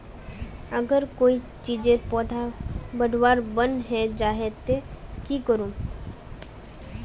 अगर कोई चीजेर पौधा बढ़वार बन है जहा ते की करूम?